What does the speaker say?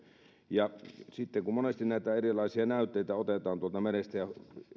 sitten kun monesti näitä erilaisia näytteitä otetaan tuolta merestä ja